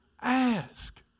ask